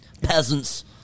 peasants